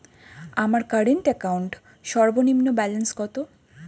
আমার current account সর্বনিম্ন balance কত?